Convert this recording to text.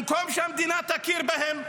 במקום שהמדינה תכיר בהם,